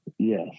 Yes